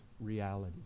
reality